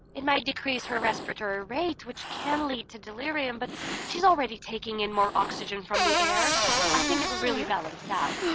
it might decrease her respiratory rate which can lead to delirium, but she's already taking in more oxygen from the air i think it would really balance out